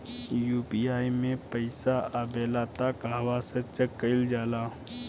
UPI मे पइसा आबेला त कहवा से चेक कईल जाला?